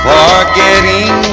Forgetting